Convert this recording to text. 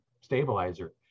stabilizer